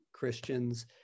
christians